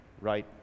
right